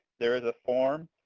there is a form,